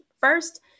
first